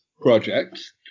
projects